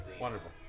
wonderful